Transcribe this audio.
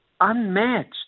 unmatched